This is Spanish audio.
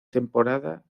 temporada